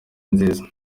nziza